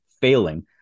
failing